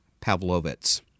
Pavlovitz